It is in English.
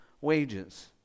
wages